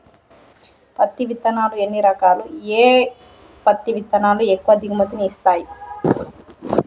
పత్తి విత్తనాలు ఎన్ని రకాలు, ఏ పత్తి విత్తనాలు ఎక్కువ దిగుమతి ని ఇస్తాయి?